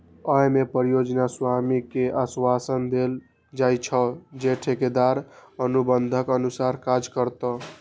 अय मे परियोजना स्वामी कें आश्वासन देल जाइ छै, जे ठेकेदार अनुबंधक अनुसार काज करतै